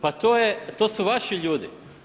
Pa to su vaši ljudi.